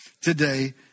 today